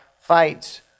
fights